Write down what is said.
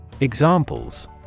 Examples